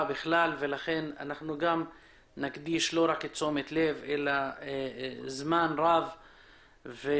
בכלל ולכן נקדיש לא רק תשומת לב אלא זמן רב ומאמץ